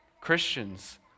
Christians